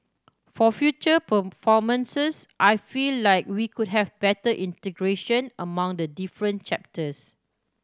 for future performances I feel like we could have better integration among the different chapters